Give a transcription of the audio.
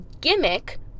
gimmick